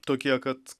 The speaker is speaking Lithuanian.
tokie kad